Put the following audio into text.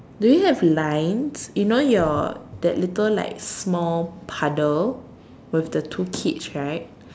do you have lines you know your that little like small puddle with the two kids right